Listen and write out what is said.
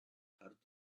hard